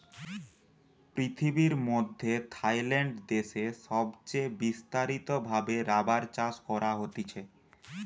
পৃথিবীর মধ্যে থাইল্যান্ড দেশে সবচে বিস্তারিত ভাবে রাবার চাষ করা হতিছে